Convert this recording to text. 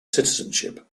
citizenship